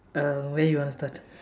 uh where you want to start